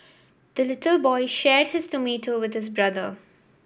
the little boy shared his tomato with this brother